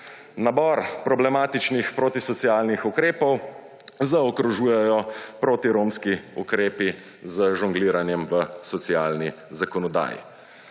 Nabor problematičnih protisocialnih ukrepov zaokrožujejo protiromski ukrepi z žongliranjem v socialni zakonodaji.